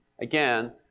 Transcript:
again